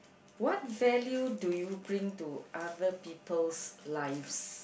what value do you bring to other people's lives